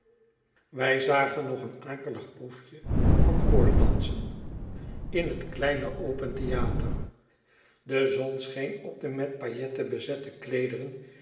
wij zagen nog een akelig proefje van koorddansen in het kleine open theater de zon scheen op de met pailletten bezette